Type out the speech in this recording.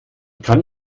kann